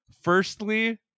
Firstly